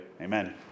Amen